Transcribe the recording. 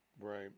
Right